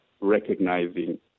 recognizing